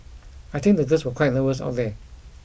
I think this were quite nervous out there